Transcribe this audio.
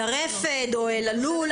הרפד או אל הלול.